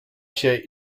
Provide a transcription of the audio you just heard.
się